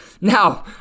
Now